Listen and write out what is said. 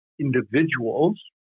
individuals